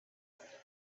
setting